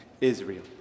Israel